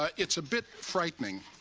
ah it's a bit frightening